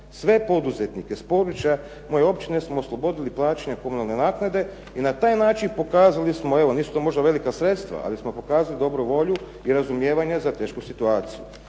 Sve poduzetnike s područja moje općine smo oslobodili plaćanja komunalne naknade. I na taj način pokazali smo evo, nisu to možda velika sredstva, ali smo pokazali dobru volju i razumijevanje za tešku situaciju.